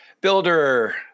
builder